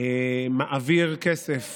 מעביר כסף